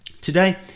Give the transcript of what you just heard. Today